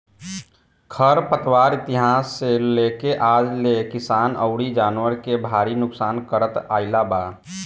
खर पतवार इतिहास से लेके आज ले किसान अउरी जानवर के भारी नुकसान करत आईल बा